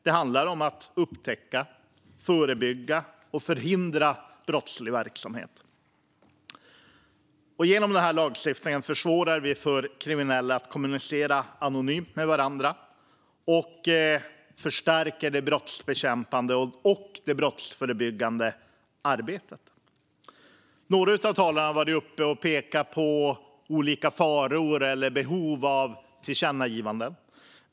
Det handlar om att upptäcka, förebygga och förhindra brottslig verksamhet. Genom den här lagstiftningen försvårar vi för kriminella att kommunicera anonymt med varandra och förstärker det brottsbekämpande och det brottsförebyggande arbetet. Några av talarna har pekat på olika faror eller behov av tillkännagivanden.